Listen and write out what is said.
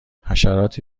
حشراتی